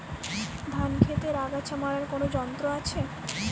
ধান ক্ষেতের আগাছা মারার কোন যন্ত্র আছে?